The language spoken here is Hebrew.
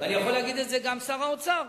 ויכול להגיד את זה גם שר האוצר,